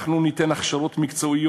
ניתן הכשרות מקצועיות,